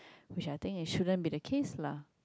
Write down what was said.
which I think it shouldn't be the case lah